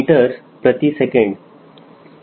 3 ms